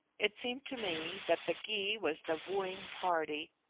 it seemed to me that the gy was the wooing party,